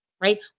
Right